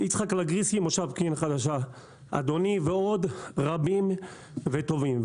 יצחק לגריסי ממושב פקיעין החדשה ועוד רבים וטובים.